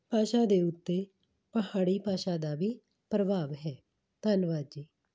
ਭਾਸ਼ਾ ਦੇ ਉੱਤੇ ਪਹਾੜੀ ਭਾਸ਼ਾ ਦਾ ਵੀ ਪ੍ਰਭਾਵ ਹੈ ਧੰਨਵਾਦ ਜੀ